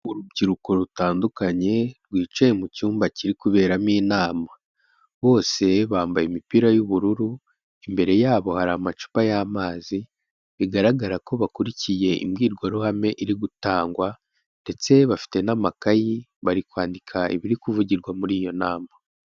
Urubyiruko rutandukanye rwicaye mu cyumba kiri kuberamo inama, bose bambaye imipira y'ubururu, imbere yabo hari amacupa y'amazi bigaragara ko bakurikiye imbwirwaruhame iri gutangwa ndetse bafite n'amakayi bari kwandika ibiri kuvugirwa muri iyo nama.